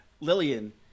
Lillian